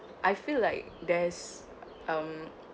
I feel like there's um